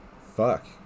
fuck